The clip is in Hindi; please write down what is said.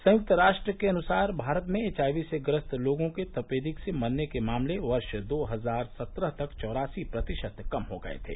संयुक्त राष्ट्र के अनुसार भारत में एचआईवी से ग्रस्त लोगों के तपेदिक से मरने के मामले वर्ष दो हजार सत्रह तक चौरासी प्रतिशत कम हो गए थे